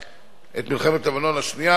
את מלחמת לבנון השנייה,